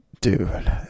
dude